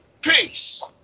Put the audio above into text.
Peace